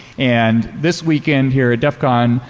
and this weekend here at def con,